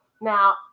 Now